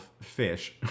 fish